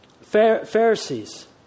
Pharisees